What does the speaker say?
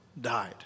died